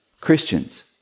Christians